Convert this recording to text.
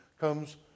comes